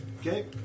Okay